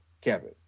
kevin